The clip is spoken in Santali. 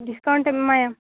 ᱰᱤᱥᱠᱟᱣᱩᱱᱴ ᱮᱢ ᱮᱢᱟᱭᱟ